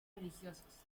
religiosos